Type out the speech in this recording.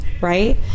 right